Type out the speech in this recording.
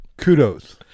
kudos